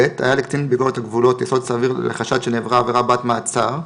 (ב) היה לקצין ביקורת הגבולות יסוד סביר לחשד שנעברה עבירה בת מעצר,